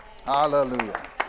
hallelujah